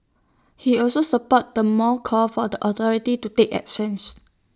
he also supported the mall's call for the authorities to take actions